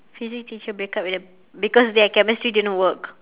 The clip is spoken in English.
physics teacher break up with the because their chemistry didn't work